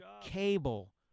cable